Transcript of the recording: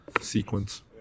sequence